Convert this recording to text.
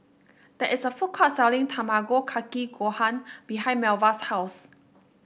there is a food court selling Tamago Kake Gohan behind Melva's house